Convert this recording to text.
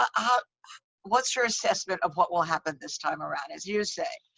um ah what's your assessment of what will happen this time around? as you say,